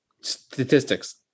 Statistics